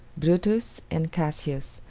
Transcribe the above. brutus and cassius,